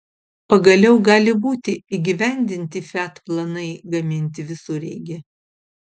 pagaliau gali būti įgyvendinti fiat planai gaminti visureigį